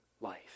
life